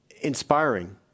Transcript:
inspiring